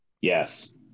Yes